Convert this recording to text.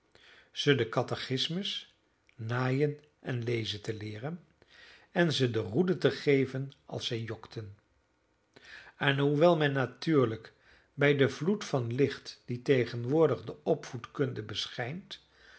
ze den catechismus naaien en lezen te leeren en ze de roede te geven als zij jokten en hoewel men natuurlijk bij den vloed van licht die tegenwoordig de opvoedkunde beschijnt